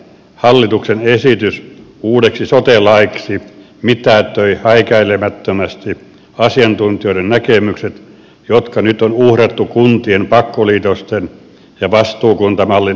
hallituksen esitys uudeksi sote laiksi mitätöi häikäilemättömästi asiantuntijoiden näkemykset jotka nyt on uhrattu kuntien pakkoliitosten ja vastuukuntamallin alttarille